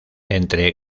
entre